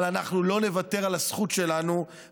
אבל אנחנו לא נוותר על הזכות שלנו,